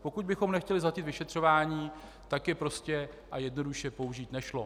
Pokud bychom nechtěli zhatit vyšetřování, tak je prostě a jednoduše použít nešlo.